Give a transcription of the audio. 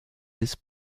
his